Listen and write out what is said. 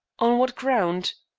on what ground?